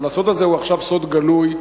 אבל הסוד הזה הוא עכשיו סוד גלוי,